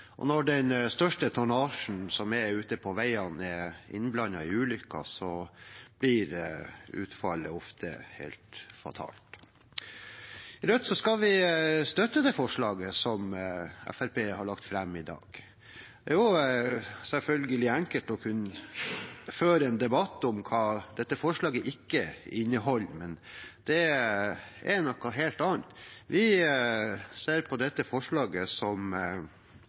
og når den største tonnasjen som er ute på veiene, er innblandet i ulykker, blir utfallet ofte fatalt. Rødt skal støtte det forslaget som Fremskrittspartiet har lagt fram i dag. Det er selvfølgelig enkelt å føre en debatt om hva dette forslaget ikke inneholder, men det er noe helt annet. Vi ser på dette forslaget som